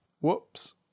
whoops